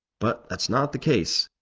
but that's not the case.